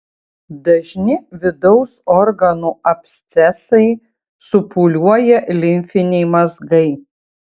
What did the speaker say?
dažni vidaus organų abscesai supūliuoja limfiniai mazgai